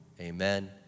Amen